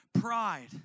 pride